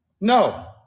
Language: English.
No